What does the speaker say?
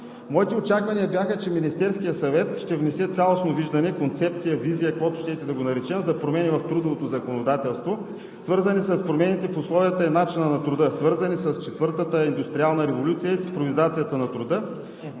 Моите очаквания бяха, че Министерският съвет ще внесе цялостно виждане, концепция, визия, както щете да го наречем, за промени в трудовото законодателство, свързани с промените в условията и начина на труда, свързани с четвъртата индустриална революция и цифровизацията на труда,